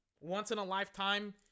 Once-in-a-lifetime